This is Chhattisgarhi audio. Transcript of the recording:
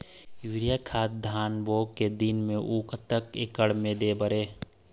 यूरिया खाद धान बोवे के दिन म अऊ कतक एकड़ मे दे बर हे?